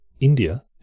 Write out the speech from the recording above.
India